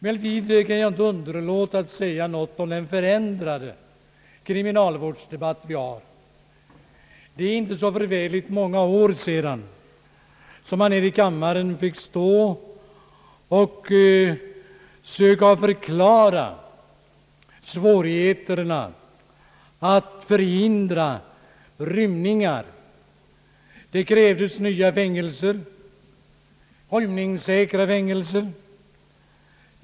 Jag kan emellertid inte underlåta att säga något om den förändrade kriminalvårdsdebatt som vi nu har. Det är inte så förfärligt många år sedan man här i kammaren fick försöka förklara svårigheterna att förhindra rymningar. Det krävdes nya fängelser, rymningssäkra fängelser.